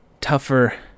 tougher